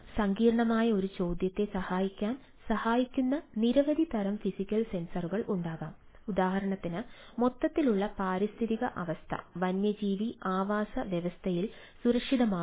അതിനാൽ സങ്കീർണ്ണമായ ഒരു ചോദ്യത്തെ സഹായിക്കാൻ സഹായിക്കുന്ന നിരവധി തരം ഫിസിക്കൽ സെൻസറുകൾ ഉണ്ടാകാം ഉദാഹരണത്തിന് മൊത്തത്തിലുള്ള പാരിസ്ഥിതിക അവസ്ഥ വന്യജീവി ആവാസ വ്യവസ്ഥയിൽ സുരക്ഷിതമാണോ